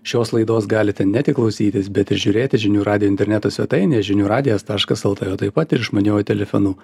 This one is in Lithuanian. šios laidos galite ne tik klausytis bet ir žiūrėti žinių radijo interneto svetainėje žinių radijas taškas lt o taip pat ir išmaniuoju telefonu